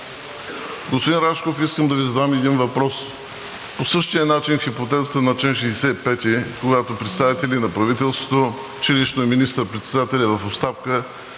Господин Рашков, искам да Ви задам един въпрос: по същия начин в хипотезата на чл. 65, когато представители на правителството, че лично министър-председателят в оставка,